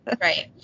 right